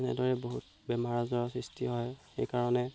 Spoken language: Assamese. এনেদৰে বহুত বেমাৰ আজাৰৰ সৃষ্টি হয় সেইকাৰণে